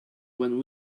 when